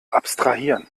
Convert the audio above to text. abstrahieren